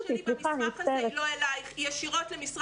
הטענה שלי במסמך הזה היא לא אליך אלא היא ישירות למשרד